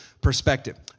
perspective